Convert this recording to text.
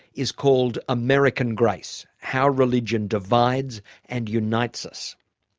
is called american grace how religion divides and unites us.